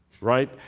right